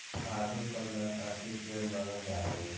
आडू पर्णपाती पेड़ मानल जा हई